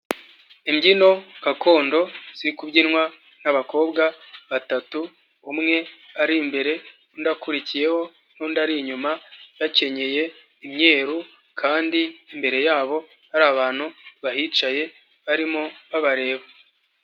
Imbyino gakondo ziri kubyinywa n'abakobwa batatu, umwe ari imbere, undi akurikiyeho n'undi ari inyuma, bakenyeye imyeru kandi imbere yabo hari abantu bahicaye barimo babareba.